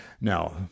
Now